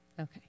Okay